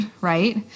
right